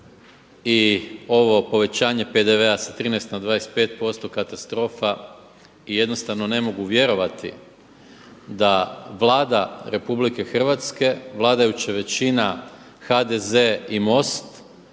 i ovo povećanje PDV-a sa 13 na 25% katastrofa i jednostavno ne mogu vjerovati da Vlada RH, vladajuća većina HDZ i MOST